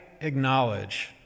acknowledge